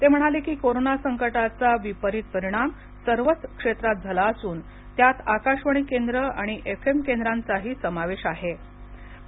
ते म्हणाले की कोरोना संकटाचा विपरीत परिणाम सर्वच क्षेत्रात झाला असून त्यात आकाशवाणी केंद्र आणि एफ एम केंद्रांचा हि समावेश आहेच